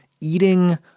eating